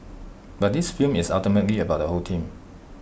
but this film is ultimately about the whole team